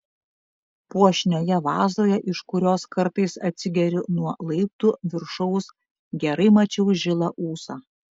puošnioje vazoje iš kurios kartais atsigeriu nuo laiptų viršaus gerai mačiau žilą ūsą